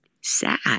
sad